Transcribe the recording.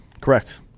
Correct